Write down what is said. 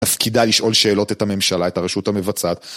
אז כדאי לשאול שאלות את הממשלה, את הרשות המבצעת.